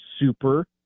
super